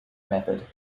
method